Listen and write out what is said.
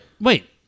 Wait